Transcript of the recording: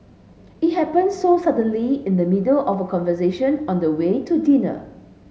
it happened so suddenly in the middle of conversation on the way to dinner